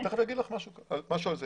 תכף אני אומר לך משהו על זה.